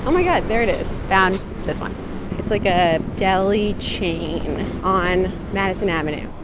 my god. there it is. found this one it's, like, a deli chain on madison avenue